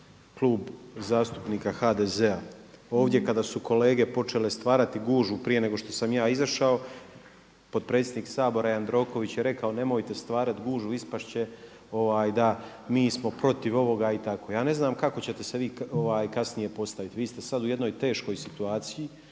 Klub zastupnika HDZ-a, ovdje kada su kolege počele stvarati gužvu prije nego što sam ja izašao, potpredsjednik Sabora Jandroković je rekao nemojte stvarati gužvu, ispasti će da mi smo protiv ovoga i tako. Ja ne znam kako ćete se vi kasnije postaviti. Vi ste sada u jednoj teškoj situaciji,